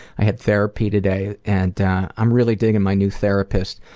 i had therapy today and i'm really digging my new therapist.